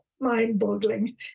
mind-boggling